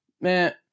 man